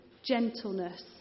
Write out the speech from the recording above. gentleness